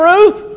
Ruth